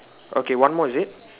okay one more is it